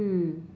mm